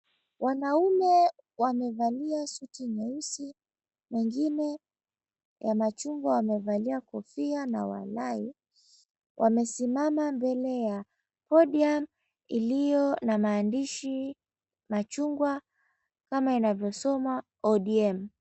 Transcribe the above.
Wanaume wamevalia suti nyeusi, wengine ya machungwa, wamevalia kofia, na wote wamesimama mbele ya audium iliyo na maandishi ya machungwa kama inavyosomwa ODM.